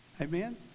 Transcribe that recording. Amen